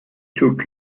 took